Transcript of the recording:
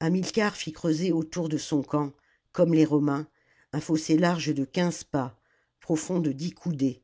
hamilcar fit creuser autour de son camp comme les romains un fossé large de quinze pas profond de dix coudées